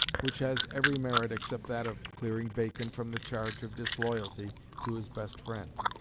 which has every merit except that of clearing bacon from the charge of disloyalty to his best friend.